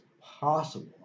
possible